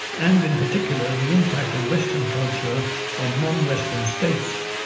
and in particular the impact of western culture on non-western states,